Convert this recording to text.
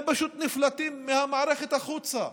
הם פשוט נפלטים מהמערכת החוצה.